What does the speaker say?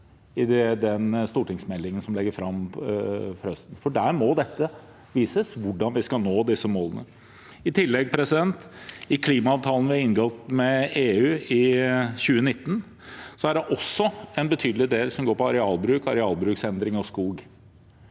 i den stortingsmeldingen som de legger fram til høsten, for der må det vises hvordan vi skal nå disse målene. I tillegg: I klimaavtalen vi inngikk med EU i 2019, er det også en betydelig del som går på arealbruk, arealbruksendring og skog.